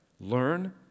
learn